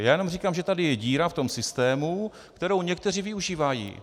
Já jenom říkám, že tady je díra v systému, kterou někteří využívají.